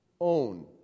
own